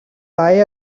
lie